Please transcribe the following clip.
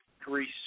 Greece